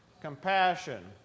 Compassion